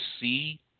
see